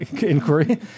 inquiry